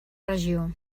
regió